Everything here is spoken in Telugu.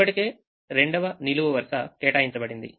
ఇప్పటికే రెండవ నిలువు వరుస కేటాయించబడింది